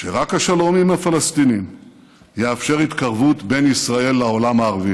שרק השלום עם הפלסטינים יאפשר התקרבות בין ישראל לעולם הערבי.